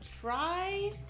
try